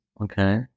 Okay